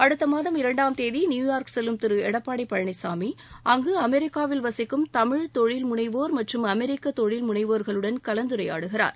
அடுத்த மாதம் இரண்டாம் தேதி நியுயாா்க் செல்லும் திரு எடப்பாடி பழனிசாமி அங்கு அமெரிக்காவில் வசிக்கும் தமிழ் தொழில்முனைவோா் அமெரிக்க தொழில் முனைவோா்களுடன் கலந்துரையாடுகிறார்